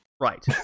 right